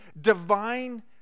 divine